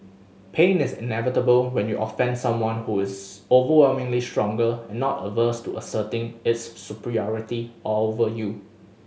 pain is inevitable when you offend someone who is overwhelmingly stronger and not averse to asserting its superiority over you